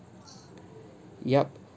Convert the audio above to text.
ya